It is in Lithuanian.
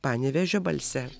panevėžio balse